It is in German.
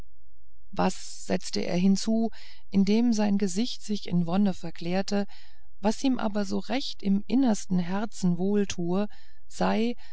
was setzte er hinzu indem sein gesicht sich in wonne verklärte was ihm aber so recht im innersten herzen wohl tue sei